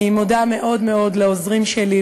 אני מודה מאוד מאוד לעוזרים שלי,